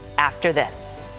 after this.